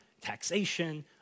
taxation